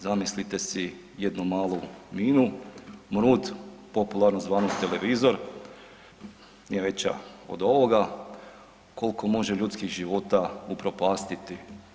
Zamislite si jednu malu minu, mrod popularno zvanog „televizor“ je veća od ovoga, kolko može ljudskih života upropastiti.